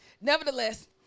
Nevertheless